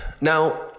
Now